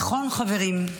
נכון, חברים,